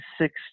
six